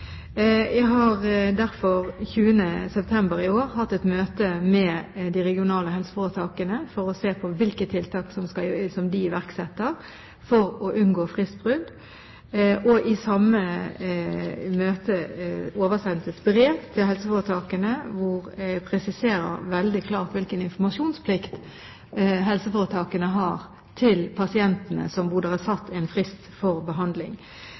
Jeg hadde derfor 20. september i år et møte med de regionale helseforetakene for å se på hvilke tiltak de iverksetter for å unngå fristbrudd. Jeg oversendte samme dag et brev til helseforetakene hvor jeg presiserte veldig klart hvilken informasjonsplikt helseforetakene har overfor pasienter hvor det er satt en frist for behandling.